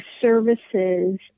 services